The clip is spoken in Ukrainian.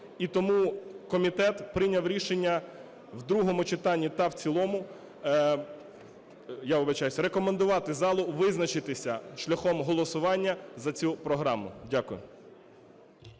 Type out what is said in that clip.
і тому комітет прийняв рішення в другому читанні та в цілому, я вибачаюся, рекомендувати залу визначитися шляхом голосування за цю програму. Дякую.